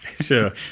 Sure